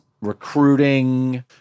recruiting